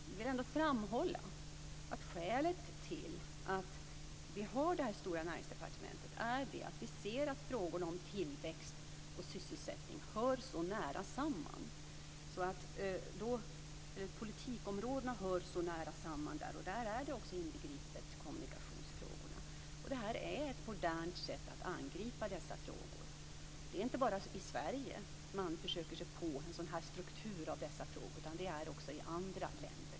Jag vill ändå framhålla att skälet till att vi har det stora Näringsdepartementet är att vi ser att frågorna om tillväxt och sysselsättning hör så nära samman. Dessa politikområden hör så nära samman, och det inbegriper också kommunikationsfrågorna. Detta är ett modernt sätt att angripa dessa frågor. Det är inte bara i Sverige som man försöker sig på en sådan här struktur för dessa frågor. Det sker också i andra länder.